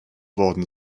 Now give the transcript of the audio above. worden